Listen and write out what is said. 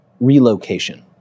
relocation